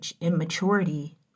immaturity